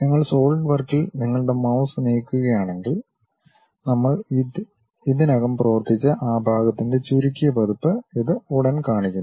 നിങ്ങൾ സോളിഡ് വർക്കിൽ നിങ്ങളുടെ മൌസ് നീക്കുകയാണെങ്കിൽ നമ്മൾ ഇതിനകം പ്രവർത്തിച്ച ആ ഭാഗത്തിന്റെ ചുരുക്കിയ പതിപ്പ് ഇത് ഉടൻ കാണിക്കുന്നു